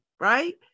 right